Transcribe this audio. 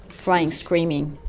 crying, screaming